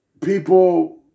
people